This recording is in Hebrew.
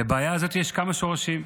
לבעיה הזאת יש כמה שורשים.